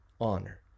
honor